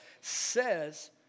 says